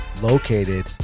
located